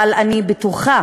אבל אני בטוחה